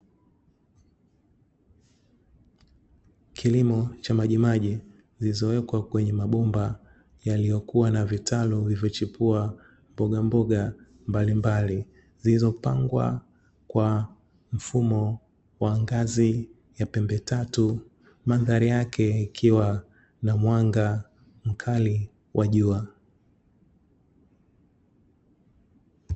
Kilimo cha majimaji zilizowekwa kwenye mabomba yaliokuwa na vitalu, vilivyochipua mbogamboga mbalimbali zilizopangwa kwa mfumo wa ngazi ya pembe tatu, madhali yake ikiwa na mwanga mkali wa jua.